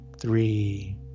three